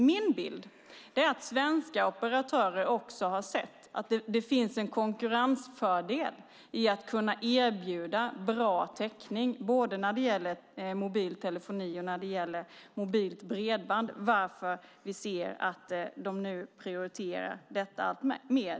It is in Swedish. Min bild är att svenska operatörer också har sett att det finns en konkurrensfördel i att kunna erbjuda bra täckning både när det gäller mobil telefoni och när det gäller mobilt bredband, och vi ser att de nu prioriterar detta mer.